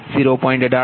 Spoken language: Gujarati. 1806 j0